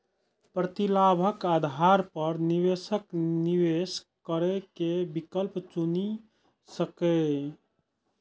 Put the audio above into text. प्रतिलाभक आधार पर निवेशक निवेश करै के विकल्प चुनि सकैए